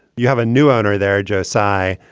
you have a new owner there, joe sye,